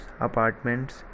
apartments